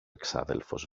εξάδελφος